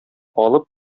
алып